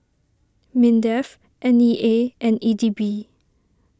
Mindef N E A and E D B